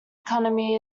economy